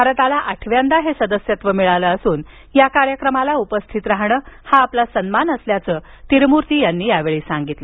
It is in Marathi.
भारताला आठव्यांदा हे सदस्यत्व मिळाल असून या कार्यक्रमाला उपस्थित राहण हा आपला सन्मान असल्याचं तिरुमूर्ती यावेळी म्हणाले